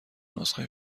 نسخه